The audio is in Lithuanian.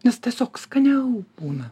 nes tiesiog skaniau būna